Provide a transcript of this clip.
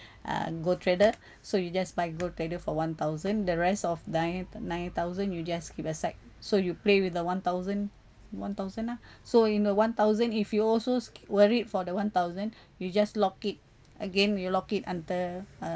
ah go trader so you just buy go trader for one thousand the rest of nine nine thousand you just keep aside so you play with the one thousand one thousand lah so in the one thousand if you also sca~ worried for the one thousand you just lock it again you lock it under uh